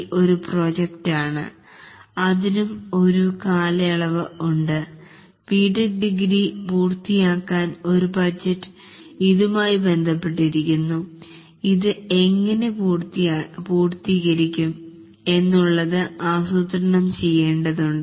Tech degree ഒരു പ്രോജക്റ്റാണ് അതിനും ഒരു കാലയളവ് ഉണ്ട് ബിടെക് ഡിഗ്രി പൂർത്തീകരിക്കാൻ ഒരു ബജറ്റ് ഇതുമായി ബന്ധപ്പെട്ടിരിക്കുന്നു ഇതു എങ്ങിനെ പൂർത്തീകരിക്കും എന്നുള്ളത് ആസ്രൂത്രണം ചെയ്യേണ്ടതുണ്ട്